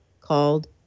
called